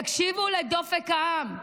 תקשיבו לדופק העם.